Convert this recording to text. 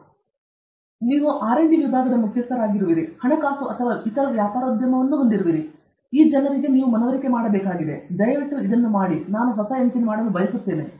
ಆದ್ದರಿಂದ ನೀವು R amp D ವಿಭಾಗದ ಮುಖ್ಯಸ್ಥರಾಗಿರುವಿರಿ ನಿಮ್ಮ ಹಣಕಾಸು ಮತ್ತು ಇತರ ವ್ಯಾಪಾರೋದ್ಯಮವನ್ನು ಹೊಂದಿರುವಿರಿ ಈ ಜನರನ್ನು ನೀವು ಮನವರಿಕೆ ಮಾಡಬೇಕಾಗಿದೆ ದಯವಿಟ್ಟು ಇದನ್ನು ಮಾಡಿ ನಾನು ಹೊಸ ಎಂಜಿನ್ ಮಾಡಲು ಬಯಸುತ್ತೇನೆ